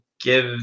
give